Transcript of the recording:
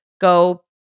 go